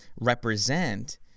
represent